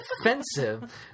offensive